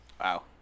wow